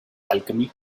alchemy